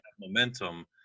momentum